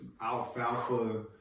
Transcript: alfalfa